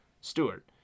stewart